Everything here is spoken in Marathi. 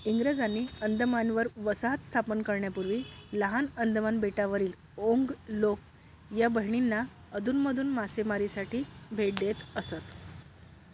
इंग्रजांनी अंदमानवर वसाहत स्थापन करण्यापूर्वी लहान अंदमान बेटावरील ओंग लोक या बहिणींना अधूनमधून मासेमारीसाठी भेट देत असत